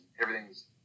everything's